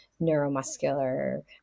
neuromuscular